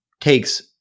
takes